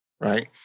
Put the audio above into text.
right